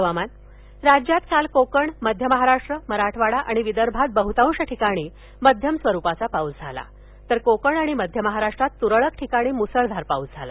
हवामानः राज्यात काल कोकण मध्य महाराष्ट्र मराठवाडा आणि विदर्भात बहतांश ठिकाणी मध्यम स्वरुपाचा पाऊस झाला तर कोकण आणि मध्य महाराष्ट्रात त्रळक ठिकाणी म्सळधार पाऊस झाला